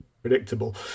predictable